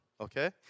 okay